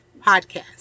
podcast